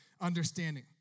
understanding